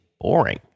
boring